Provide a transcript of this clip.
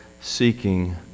seeking